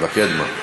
קדמה.